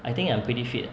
I think I'm pretty fit